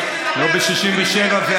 לא ב-1948,